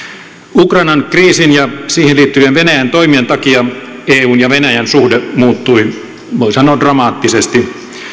ukrainan kriisin ja siihen liittyvien venäjän toimien takia eun ja venäjän suhde muuttui voi sanoa dramaattisesti